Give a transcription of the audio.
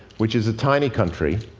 which is a tiny country,